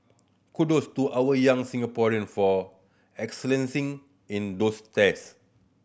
kudos to our young Singaporean for excelling in those test